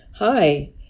Hi